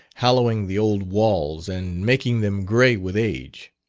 hallowing the old walls, and making them grey with age.